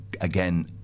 again